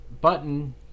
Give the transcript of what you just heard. button